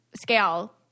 scale –